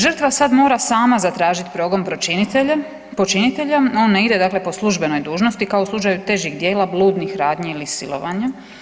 Žrtva sad mora sama zatražit progon počinitelja, on ne ide dakle po službenoj dužnosti kao u slučaju težih djela bludnih radnji ili silovanja.